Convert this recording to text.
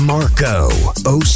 Marco